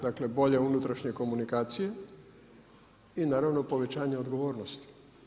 Dakle, bolje unutrašnje komunikacije i naravno povećanje odgovornosti.